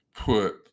put